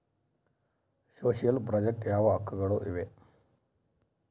Social project ಯಾವ ಯಾವ ಹಕ್ಕುಗಳು ಇವೆ?